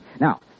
Now